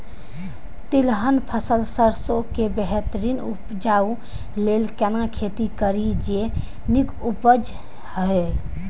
तिलहन फसल सरसों के बेहतरीन उपजाऊ लेल केना खेती करी जे नीक उपज हिय?